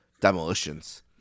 demolitions